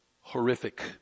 horrific